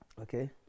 Okay